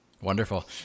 Wonderful